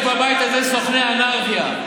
יש בבית הזה סוכני אנרכיה.